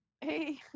Hey